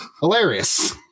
hilarious